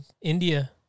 India